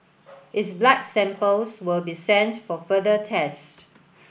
its blood samples will be sent for further tests